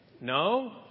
No